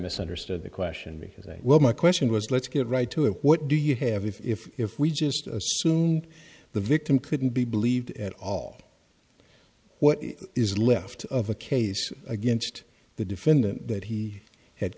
misunderstood the question because well my question was let's get right to it what do you have if if we just assumed the victim couldn't be believed at all what is left of a case against the defendant that he had